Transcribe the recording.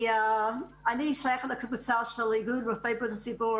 ואני שייכת לקבוצה של איגוד רופאי בריאות הציבור